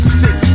six